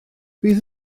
fydd